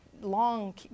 long